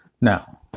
Now